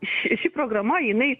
ši ši programa jinai